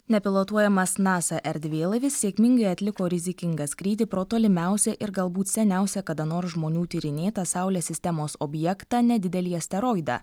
nepilotuojamas nasa erdvėlaivis sėkmingai atliko rizikingą skrydį pro tolimiausią ir galbūt seniausią kada nors žmonių tyrinėtą saulės sistemos objektą nedidelį asteroidą